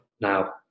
now